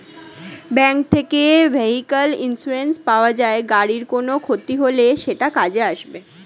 bank থেকে vehicle insurance পাওয়া যায়, গাড়ির কোনো ক্ষতি হলে সেটা কাজে আসবে